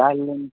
car loan